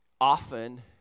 Often